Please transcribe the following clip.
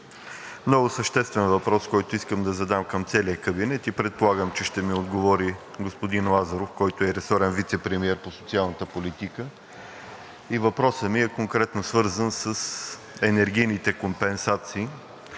много съществен въпрос, който искам да задам към целия кабинет, и предполагам, че ще ми отговори господин Лазаров, който е ресорен вицепремиер по социалната политика. Въпросът ми е конкретно свързан с енергийните компенсации.